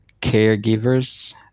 caregivers